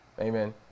Amen